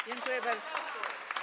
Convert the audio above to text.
Dziękuję bardzo.